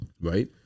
right